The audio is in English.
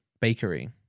bakery